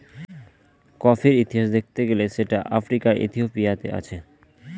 কফির ইতিহাস দেখতে গেলে সেটা আফ্রিকার ইথিওপিয়াতে আছে